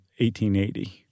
1880